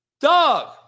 dog